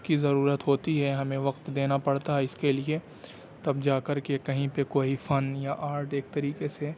کی ضرورت ہوتی ہے ہمیں وقت دینا پڑتا ہے اس کے لیے تب جا کر کے کہیں پہ کوئی فن یا آرٹ ایک طریقے سے